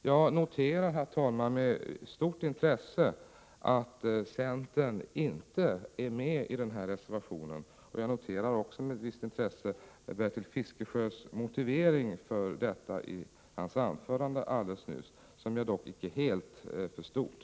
Jag noterar, herr talman, med stort intresse att centern inte är med i denna reservation, och jag noterar också med ett visst intresse Bertil Fiskesjös motivering för detta i hans anförande nyss, som jag dock inte helt förstod.